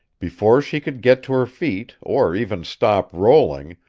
before she could get to her feet or even stop rolling,